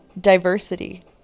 diversity